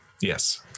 Yes